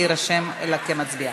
להירשם כמצביעה.